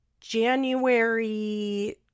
January